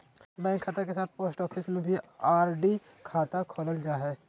bank के साथ post office में भी आर.डी खाता खोलल जा हइ